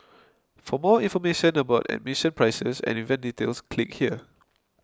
for more information about admission prices and event details click here